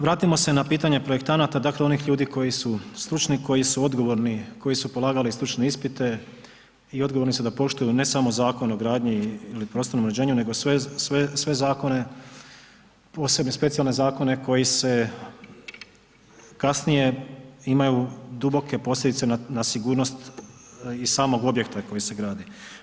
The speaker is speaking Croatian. Vratimo se na pitanje projektanata dakle onih ljudi koji su stručni, koji su odgovorni, koji su polagali stručne ispite i odgovorni su da poštuju ne samo Zakon o gradnji ili prostornom uređenju, nego sve zakone, posebne, specijalne zakone koji kasnije imaju duboke posljedice na sigurnost i samog objekta koji se gradi.